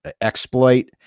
exploit